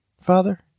Father